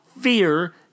fear